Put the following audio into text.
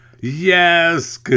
Yes